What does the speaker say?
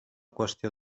qüestió